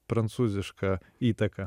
prancūziška įtaka